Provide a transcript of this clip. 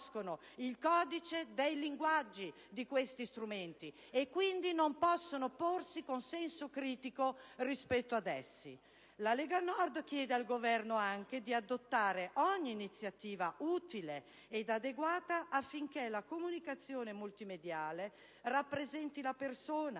il codice dei linguaggi degli stessi e, quindi, non possono porsi con senso critico rispetto ad essi. La Lega Nord chiede al Governo anche di adottare ogni iniziativa utile ed adeguata affinché la comunicazione multimediale rappresenti la persona,